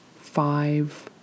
five